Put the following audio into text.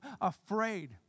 afraid